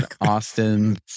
Austin